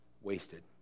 wasted